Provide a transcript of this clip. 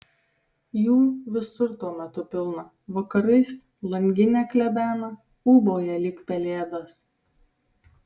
jų visur tuo metu pilna vakarais langinę klebena ūbauja lyg pelėdos